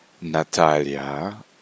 Natalia